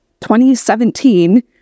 2017